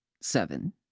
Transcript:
seven